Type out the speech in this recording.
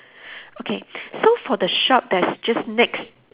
okay so for the shop that's just next